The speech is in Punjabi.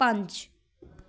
ਪੰਜ